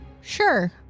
Sure